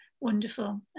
wonderful